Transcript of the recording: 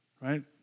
right